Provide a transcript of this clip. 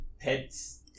pets